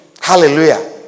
hallelujah